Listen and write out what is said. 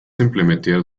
implementiert